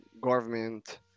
government